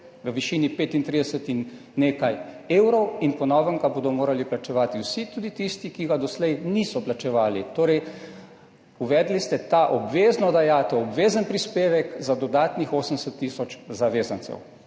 v višini 35 in nekaj evrov in po novem ga bodo morali plačevati vsi, tudi tisti, ki ga doslej niso plačevali. Torej ste uvedli obvezno dajatev, obvezen prispevek za dodatnih 80 tisoč zavezancev,